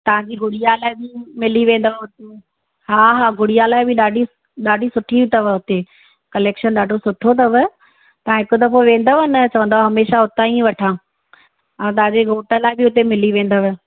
तव्हांजी गुड़िया लाइ बि मिली वेंदव हुते हा हा गुड़िया लाइ बि ॾाढी ॾाढी सुठी अथव हुते कलेक्शन ॾाढो सुठो अथव तव्हां हिक दफ़ो वेंदव न चवंदव हंमेशह हुतां ई वठा ऐं तव्हांजे घोट लाइ बि हुते मिली वेंदव